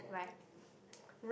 right